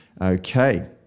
Okay